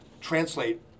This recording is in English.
translate